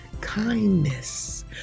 kindness